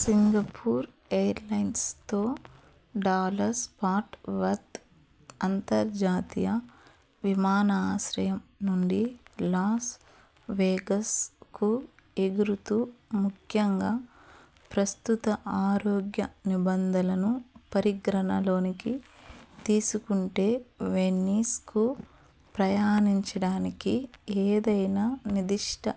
Singapore ఎయిర్లైన్స్తో Dallas Fort Worth అంతర్జాతీయ విమానాశ్రయం నుండి లాస్వేగస్కు ఎగురుతూ ముఖ్యంగా ప్రస్తుత ఆరోగ్య నిబంధలను పరిగణలోనికి తీసుకుంటే వెనీస్కు ప్రయాణించడానికి ఏదైనా నిర్దిష్ట